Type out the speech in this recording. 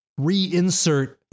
reinsert